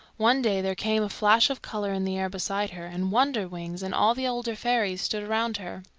one day there came a flash of colour in the air beside her, and wonderwings and all the older fairies stood around her.